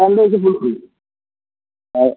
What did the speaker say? ആ